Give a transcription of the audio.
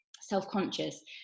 self-conscious